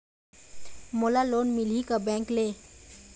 मोला लोन मिलही का बैंक ले?